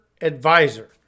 advisor